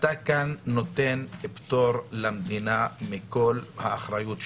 אתה כאן נותן פטור למדינה מכל האחריות שלה.